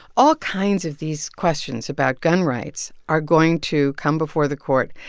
all kinds of these questions about gun rights are going to come before the court,